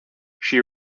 she